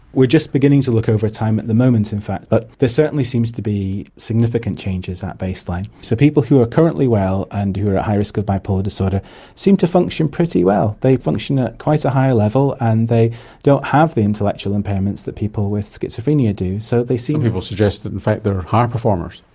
we're just beginning to look over time at the moment in fact but there certainly seems to be significant changes at baseline. so people who are currently well and who are at high risk of bipolar disorder seem to function pretty well. they function at quite a high level and they don't have the intellectual impairments that people with schizophrenia do. so some people suggest that in fact they're higher performers.